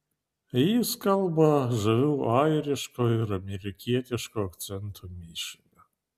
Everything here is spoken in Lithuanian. jis kalba žaviu airiško ir amerikietiško akcento mišiniu